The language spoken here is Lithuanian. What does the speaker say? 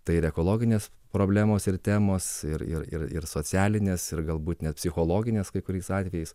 tai ir ekologinės problemos ir temos ir ir ir socialines ir galbūt net psichologines kai kuriais atvejais